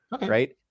Right